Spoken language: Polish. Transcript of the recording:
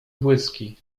błyski